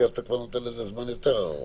כי אז אתה כבר נותן לזה זמן יותר ארוך.